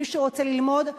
מי שרוצה ללמוד.